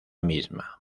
misma